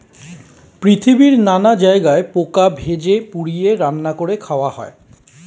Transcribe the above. পৃথিবীর নানা জায়গায় পোকা ভেজে, পুড়িয়ে, রান্না করে খাওয়া হয়